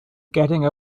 getting